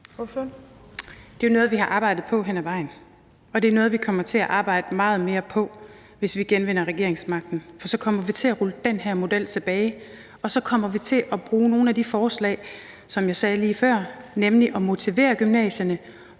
Det er jo noget, vi har arbejdet på hen ad vejen, og det er noget, vi kommer til at arbejde meget mere på, hvis vi genvinder regeringsmagten, for så kommer vi til at rulle den her model tilbage, og så kommer vi til at bruge nogle af de forslag, som jeg nævnte lige før, nemlig at motivere gymnasierne,